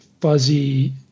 fuzzy